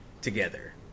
together